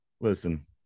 Listen